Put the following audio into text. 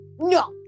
No